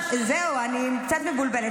זהו, אני קצת מבולבלת.